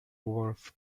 wolf